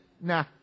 nah